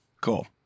Cool